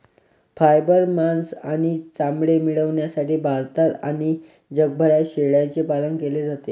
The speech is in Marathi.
फायबर, मांस आणि चामडे मिळविण्यासाठी भारतात आणि जगभरात शेळ्यांचे पालन केले जाते